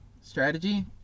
strategy